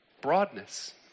broadness